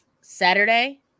Saturday